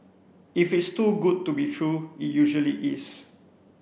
if it's too good to be true it usually is